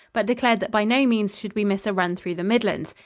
but declared that by no means should we miss a run through the midlands.